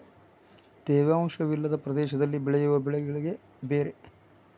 ತೇವಾಂಶ ವಿಲ್ಲದ ಪ್ರದೇಶದಲ್ಲಿ ಬೆಳೆಯುವ ಬೆಳೆಗಳೆ ಬೇರೆ